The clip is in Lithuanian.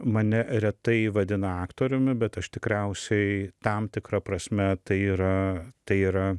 mane retai vadina aktoriumi bet aš tikriausiai tam tikra prasme tai yra tai yra